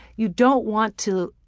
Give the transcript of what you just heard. you don't want to